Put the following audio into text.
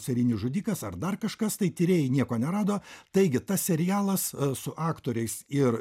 serijinis žudikas ar dar kažkas tai tyrėjai nieko nerado taigi tas serialas su aktoriais ir